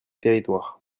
territoires